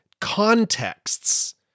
contexts